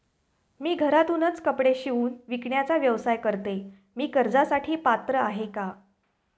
मी घरातूनच कपडे शिवून विकण्याचा व्यवसाय करते, मी कर्जासाठी पात्र आहे का?